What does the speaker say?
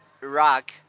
rock